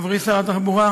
חברי שר התחבורה,